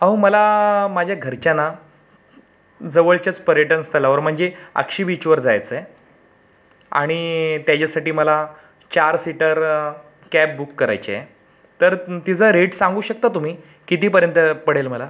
अहो मला माझ्या घरच्यांना जवळच्याच पर्यटन स्थळावर म्हणजे अक्क्षी बीचवर जायचं आहे आणि त्याच्यासाठी मला चार सीटर कॅब बूक करायची आहे तर तिचा रेट सांगू शकता तुम्ही कितीपर्यंत पडेल मला